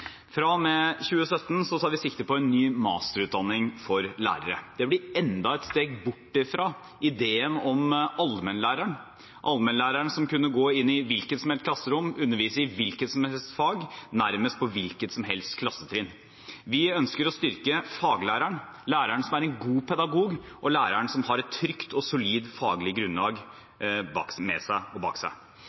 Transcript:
med 2017 tar vi sikte på en ny masterutdanning for lærere. Det blir enda et steg bort fra ideen om allmennlæreren – allmennlæreren som kunne gå inn i hvilket som helst klasserom og undervise i hvilket som helst fag, nærmest på hvilket som helst klassetrinn. Vi ønsker å styrke faglæreren – læreren som er en god pedagog, og læreren som har et trygt og solid faglig grunnlag med seg og